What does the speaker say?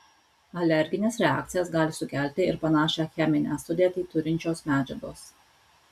alergines reakcijas gali sukelti ir panašią cheminę sudėtį turinčios medžiagos